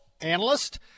analyst